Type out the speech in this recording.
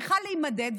צריכה להימדד,